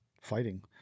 fighting